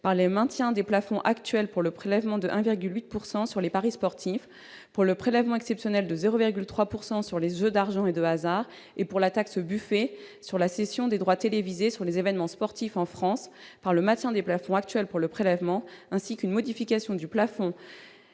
par le maintien des plafonds actuels pour le prélèvement de 1,8 % sur les paris sportifs, pour le prélèvement exceptionnel de 0,3 % sur les jeux d'argent et de hasard et pour la taxe « Buffet » sur la cession des droits télévisés sur les événements sportifs en France, par le maintien des plafonds actuels pour le prélèvement, ainsi qu'une modification du plafond